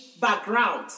background